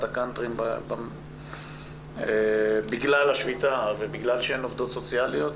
ממועדוני הקאנטרי בגלל השביתה ובגלל שאין עובדות סוציאליות,